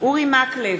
אורי מקלב,